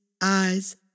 eyes